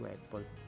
Apple